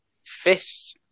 fists